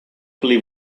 believe